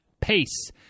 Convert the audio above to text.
pace